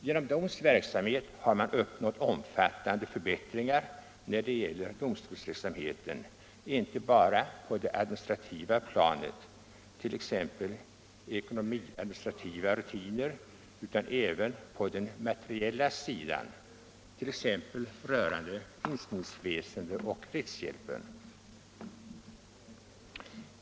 Genom DON:s verksamhet har man uppnått omfattande förbättringar när det gäller domstolsverksamheten, inte bara på det administrativa planet, t.ex. ekonomiadministrativa rutiner, utan även på den materiella sidan, t.ex. rörande inskrivningsväsendet och rättshjälpen.